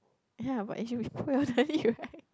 ya but you then you like